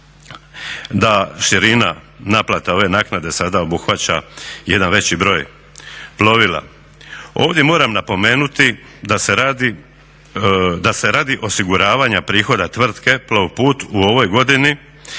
da širina naplata ove naknade sada obuhvaća jedan veći broj plovila. Ovdje moram napomenuti da se radi osiguravanja prihoda tvrtke Plovput u ovoj godini